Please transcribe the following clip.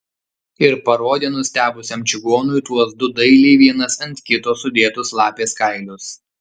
ir parodė nustebusiam čigonui tuos du dailiai vienas ant kito sudėtus lapės kailius